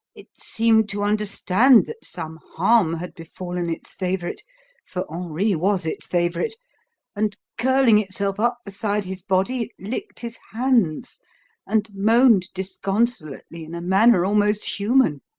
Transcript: it seemed to understand that some harm had befallen its favourite for henri was its favourite and, curling itself up beside his body, it licked his hands and moaned disconsolately in a manner almost human.